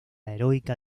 heroica